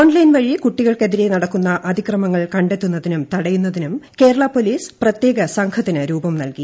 online വഴി കുട്ടികൾക്കെതിരെ നടക്കുന്ന അതിക്രമങ്ങൾ കണ്ടെത്തുന്നതിനും തടയുന്നതിനും കേരള പോലീസ് പ്രത്യേക സംഘത്തിന് രൂപം നൽകി